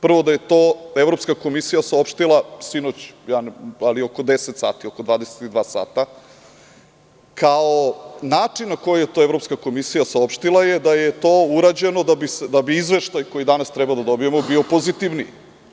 Prvo da je to Evropska komisija saopštila sinoć oko 10 sati, oko 22,00 sata kao način na koji je to Evropska komisija saopštila je da je to urađeno da bi izveštaj koji danas treba da dobijemo bio pozitivniji.